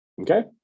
Okay